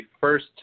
first